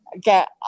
get